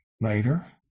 later